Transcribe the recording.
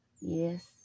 Yes